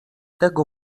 tego